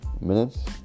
minutes